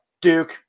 Duke